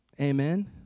Amen